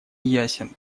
ясен